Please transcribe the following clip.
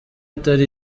itari